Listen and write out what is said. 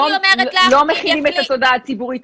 אני אומרת לך --- לא מכינים את התודעה הציבורית.